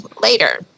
later